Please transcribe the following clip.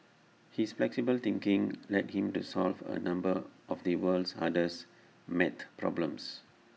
his flexible thinking led him to solve A number of the world's hardest math problems